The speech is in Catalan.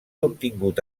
obtingut